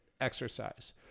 exercise